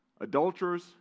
adulterers